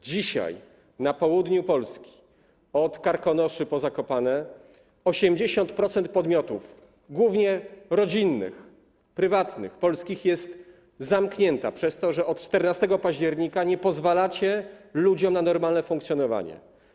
Dzisiaj na południu Polski od Karkonoszy po Zakopane 80% podmiotów, głównie rodzinnych, prywatnych, polskich jest zamkniętych przez to, że od 14 października nie pozwalacie ludziom na normalne funkcjonowanie.